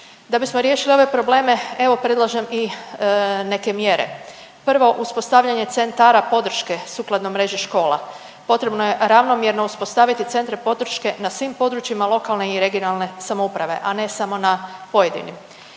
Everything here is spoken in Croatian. Da bismo riješili ove probleme evo predlažem i neke mjere. Prvo, uspostavljanje centara podrške sukladno mreži škola, potrebno je ravnomjerno uspostaviti centre podrške na svim područjima lokalne i regionalne samouprave, a ne samo na pojedinim.